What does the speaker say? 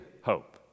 hope